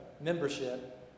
membership